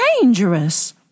dangerous